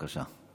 בבקשה.